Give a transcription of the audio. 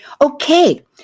Okay